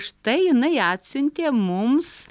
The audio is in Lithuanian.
štai jinai atsiuntė mums